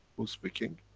who is speaking?